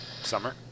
Summer